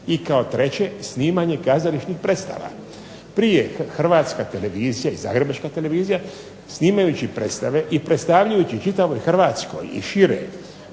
I kao treće, snimanje kazališnih predstava. Prije Hrvatska televizija i zagrebačka televizija snimajući predstave i predstavljajući čitavoj Hrvatskoj i šire